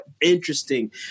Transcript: interesting